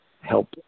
help